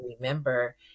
remember